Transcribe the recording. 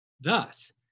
thus